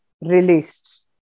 released